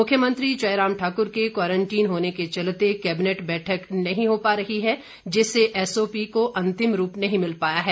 मुख्यमंत्री जयराम ठाकुर के क्वारंटीन होने के चलते केबिनेट बैठक नहीं हो पा रही है जिससे एसओपी को अंतिम रूप नहीं मिल पाया है